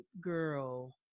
Girl